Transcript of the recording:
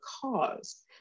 cause